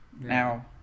Now